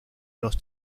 los